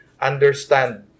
understand